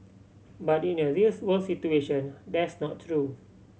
but in a reals world situation that's not true